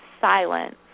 silence